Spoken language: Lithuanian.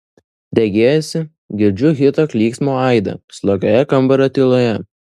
regėjosi girdžiu hito klyksmo aidą slogioje kambario tyloje